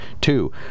Two